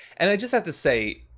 and i just have to say,